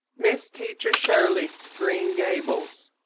miss teacher shirley green gabels.